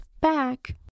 back